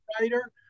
writer